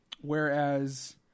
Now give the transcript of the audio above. Whereas